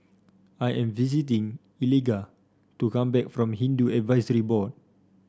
I am waiting Eliga to come back from Hindu Advisory Board